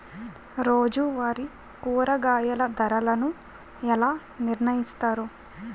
రోజువారి కూరగాయల ధరలను ఎలా నిర్ణయిస్తారు?